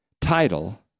title